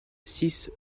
six